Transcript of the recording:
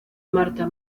marta